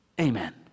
Amen